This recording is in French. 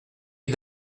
est